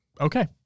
Okay